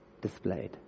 displayed